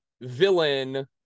villain